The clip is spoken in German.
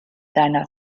seiner